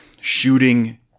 shooting